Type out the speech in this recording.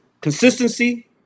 Consistency